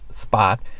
spot